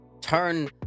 turn